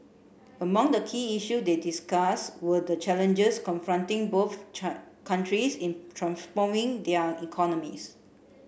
among the key issues they discuss were the challenges confronting both countries in transforming their economies